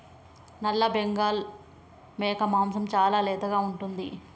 నల్లబెంగాల్ మేక మాంసం చాలా లేతగా ఉంటుంది